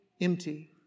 empty